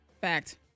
fact